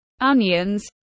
onions